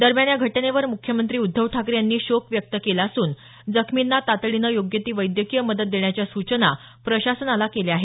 दरम्यान या घटनेवर मुख्यमंत्री उद्धव ठाकरे यांनी शोक व्यक्त केला असून जखमींना तातडीनं योग्य ती वैद्यकीय मदत देण्याच्या सूचना प्रशासनाला केल्या आहेत